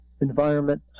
Environment